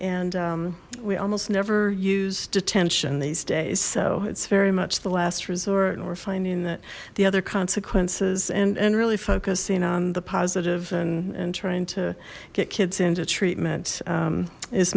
and we almost never use detention these days so it's very much the last resort and we're finding that the other consequences and and really focusing on the positive and and trying to get kids into treatment